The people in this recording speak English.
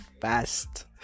fast